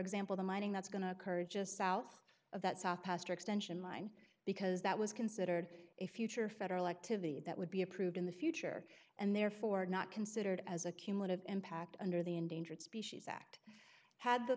example the mining that's going to occur just south of that south pastor extension line because that was considered a future federal activity that would be approved in the future and therefore not considered as a cumulative impact under the endangered species act had the